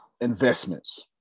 Investments